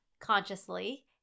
consciously